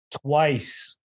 twice